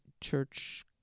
church